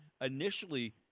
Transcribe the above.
initially